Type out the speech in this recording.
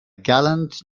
gallant